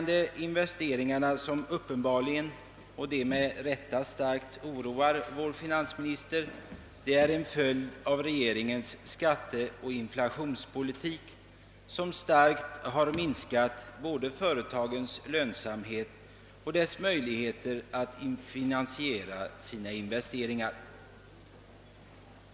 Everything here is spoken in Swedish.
Dessa, som uppenbarligen och med rätta starkt oroar vår finansminister är en följd av regeringens skatteoch inflationspolitik, som starkt har minskat både företagens lönsamhet och deras möjligheter att finansiera sina investeringar.